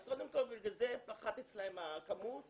אז קודם כל בגלל זה פחתה אצלם כמות של